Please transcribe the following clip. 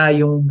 yung